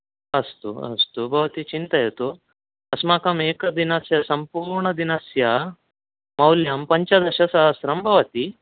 अस्तु अस्तु भवती चिन्तयतु अस्माकम् एकदिनस्य सम्पूर्णदिनस्य मूल्यं पञ्चदशसहस्रं भवति